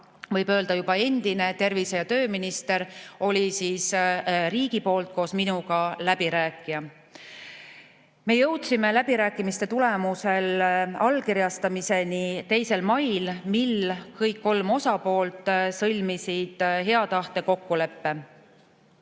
et nüüd juba endine tervise‑ ja tööminister oli riigi poolt koos minuga läbirääkija. Me jõudsime läbirääkimiste tulemusel allkirjastamiseni 2. mail, mil kõik kolm osapoolt sõlmisid hea tahte kokkuleppe.